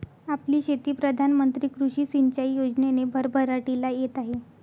आपली शेती प्रधान मंत्री कृषी सिंचाई योजनेने भरभराटीला येत आहे